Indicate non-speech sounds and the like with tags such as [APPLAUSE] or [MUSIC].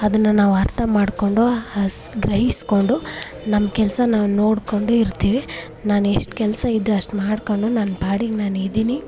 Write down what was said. ಅದನ್ನು ನಾವು ಅರ್ಥ ಮಾಡಿಕೊಂಡು [UNINTELLIGIBLE] ಗ್ರಹಿಸಿಕೊಂಡು ನಮ್ಮ ಕೆಲಸ ನಾವು ನೋಡಿಕೊಂಡು ಇರ್ತೀವಿ ನಾನು ಎಷ್ಟು ಕೆಲಸ ಇದೆ ಅಷ್ಟು ಮಾಡಿಕೊಂಡು ನನ್ನ ಪಾಡಿಗೆ ನಾನು ಇದೀನಿ